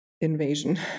invasion